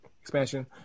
Expansion